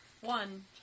One